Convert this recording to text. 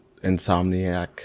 insomniac